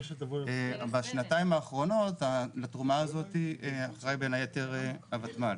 בשנתיים האחרונות לתרומה הזאת אחראי בין היתר הותמ"ל.